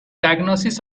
diagnosis